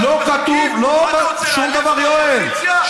לא קיבל חוק אחד כשהוא היה באופוזיציה,